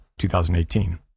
2018